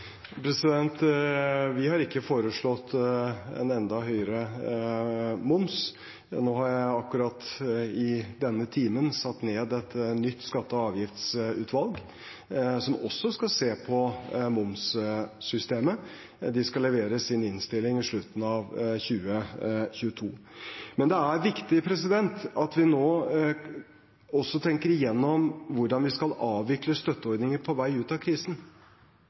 Vi har ikke foreslått en enda høyere moms. Nå har jeg akkurat i denne timen satt ned et nytt skatte- og avgiftsutvalg, som også skal se på momssystemet. De skal levere sin innstilling i slutten av 2022. Det er viktig at vi nå også tenker igjennom hvordan vi skal avvikle støtteordninger på vei ut av krisen.